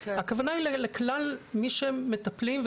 הכוונה היא לכלל מי שהם מטפלים,